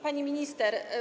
Pani Minister!